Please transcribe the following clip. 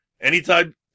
Anytime